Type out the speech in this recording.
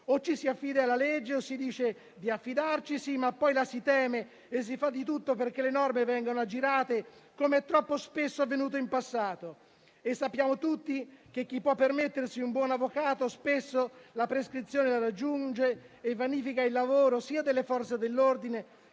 O ci si affida alla legge o si dice di affidarcisi ma poi la si teme e si fa di tutto perché le norme vengano aggirate, come troppo spesso è avvenuto in passato. Sappiamo tutti che chi può permettersi un buon avvocato, spesso la prescrizione la raggiunge e vanifica il lavoro sia delle Forze dell'ordine,